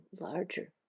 larger